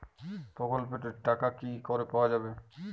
প্রকল্পটি র টাকা কি করে পাওয়া যাবে?